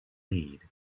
lead